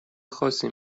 خاصی